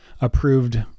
approved